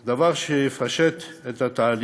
כפי שאמרתי, דבר שיפשט את התהליך